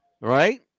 Right